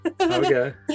okay